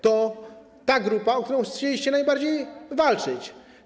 To ta grupa, o którą chcieliście najbardziej walczyć.